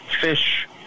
fish